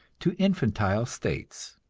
to infantile states.